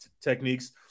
techniques